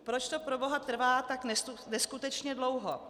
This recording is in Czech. Proč to, proboha, trvá tak neskutečně dlouho?